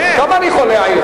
כמה אני יכול להעיר?